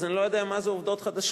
אז אני לא יודע מה זה עובדות חדשות.